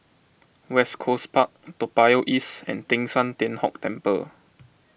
West Coast Park Toa Payoh East and Teng San Tian Hock Temple